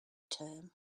term